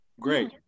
Great